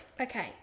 Okay